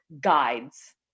guides